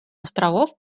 островов